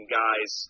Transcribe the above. guys